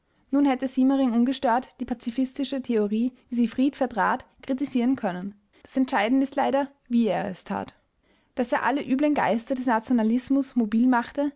nun hätte siemering ungestört die pazifistische theorie wie sie fried vertrat kritisieren können das entscheidende ist leider wie er es tat daß er alle üblen geister des nationalismus mobilmachte